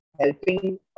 helping